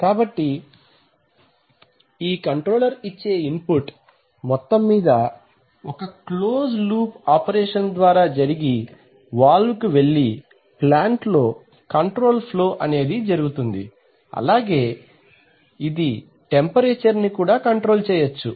కాబట్టి ఈ కంట్రోలర్ ఇచ్చే ఇన్ పుట్ మొత్తం మీద ఒక క్లోజ్ లూప్ ఆపరేషన్ ద్వారా జరిగి వాల్వ్ కు వెళ్ళి ప్లాంట్ లో కంట్రోల్ ఫ్లో అనేది జరుగుతుంది ఇది అలాగే టెంపరేచర్ ని కూడా కంట్రోల్ చేయొచ్చు